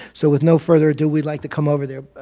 so with no further ado, we'd like to come over there.